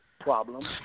problem